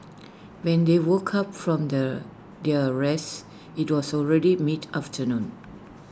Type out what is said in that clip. when they woke up from their their rest IT was also already mid afternoon